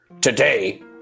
today